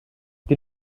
die